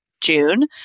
June